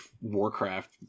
Warcraft